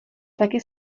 taky